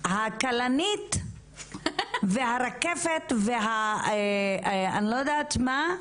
הכלנית והרקפת ואני לא יודעת מה,